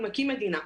מקים מדינה,